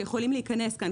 שיכולים להיכנס כאן.